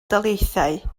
daleithiau